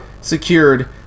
secured